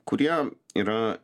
kurie yra